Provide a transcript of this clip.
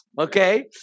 Okay